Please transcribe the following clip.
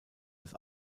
das